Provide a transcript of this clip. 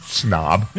snob